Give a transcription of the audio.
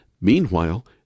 Meanwhile